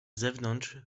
zewnątrz